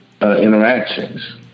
interactions